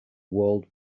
world